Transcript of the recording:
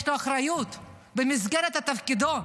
יש לו אחריות במסגרת תפקידו.